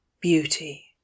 beauty